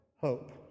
hope